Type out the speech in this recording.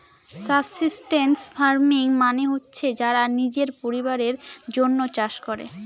subsistence farming মানে হচ্ছে যারা নিজের পরিবারের জন্য চাষ করে